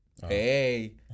hey